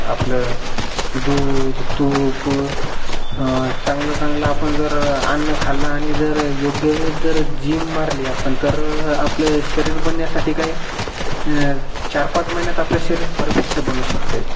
आपलं दूध तूप चांगलं चांगलं आपण जर अन्न खाल्लं आणि जर योग्य वेळेस जर जिम मारली आपण तर आपलं शरीर बनण्यासाठी काही चार पाच महिन्यात आपलं शरीर परफेक्ट बनवू शकतं आहे